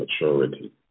maturity